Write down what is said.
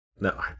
No